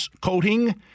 coating